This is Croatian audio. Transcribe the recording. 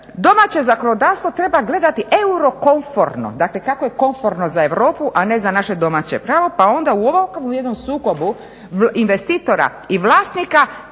domaće zakonodavstvo treba gledati eurokomforno, dakle kako je komforno za Europu a ne za naše domaće pravo. Pa onda u ovakvom jednom sukobu investitora i vlasnika